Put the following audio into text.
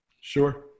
Sure